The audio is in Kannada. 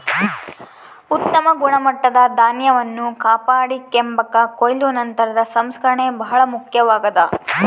ಉತ್ತಮ ಗುಣಮಟ್ಟದ ಧಾನ್ಯವನ್ನು ಕಾಪಾಡಿಕೆಂಬಾಕ ಕೊಯ್ಲು ನಂತರದ ಸಂಸ್ಕರಣೆ ಬಹಳ ಮುಖ್ಯವಾಗ್ಯದ